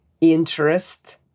interest